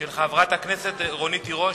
של חברת הכנסת רונית תירוש.